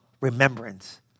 remembrance